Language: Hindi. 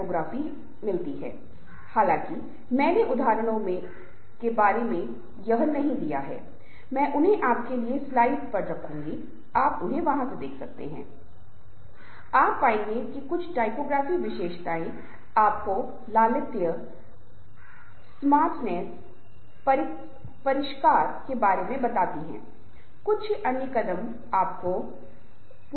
इसलिए जब हम समूह के बारे में बात करते हैं तो इसका मतलब एक सामान्य उद्देश्य होना चाहिए यदि कोई उद्देश्य सामान्य लक्ष्य सामान्य उद्देश्य नहीं है तो समूह बहुत कार्यात्मक या बहुत प्रभावी नहीं होगा